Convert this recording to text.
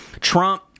Trump